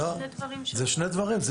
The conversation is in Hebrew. זה שני דברים.